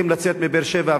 צריכים לצאת מבאר-שבע,